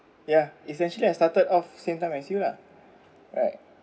yeah essentially I started off same time as you lah right